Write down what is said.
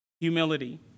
Humility